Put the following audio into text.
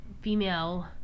female